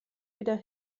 wieder